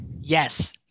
Yes